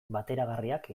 bateragarriak